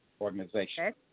organization